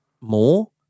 more